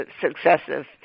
successive